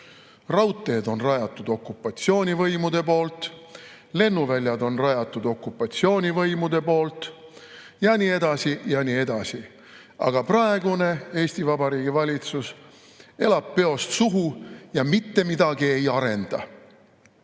raudteed on rajatud okupatsioonivõimude poolt, lennuväljad on rajatud okupatsioonivõimude poolt ja nii edasi ja nii edasi. Aga praegune Eesti Vabariigi Valitsus elab peost suhu ja mitte midagi ei arenda.